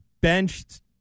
benched